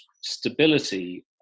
stability